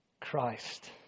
Christ